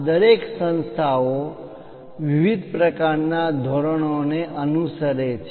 આ દરેક સંસ્થાઓ વિવિધ પ્રકારનાં ધોરણોને અનુસરે છે